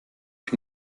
ich